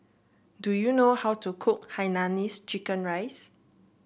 do you know how to cook Hainanese Chicken Rice